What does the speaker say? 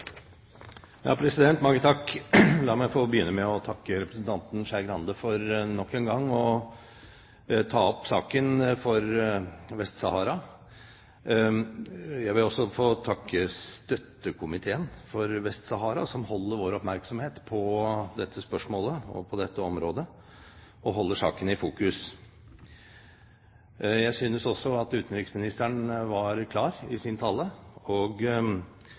La meg få begynne med å takke representanten Skei Grande for nok en gang å ta opp saken om Vest-Sahara. Jeg vil også få takke Støttekomiteen for Vest-Sahara som holder vår oppmerksomhet på dette spørsmålet og dette området, og holder saken i fokus. Jeg synes også at utenriksministeren var klar i sin tale.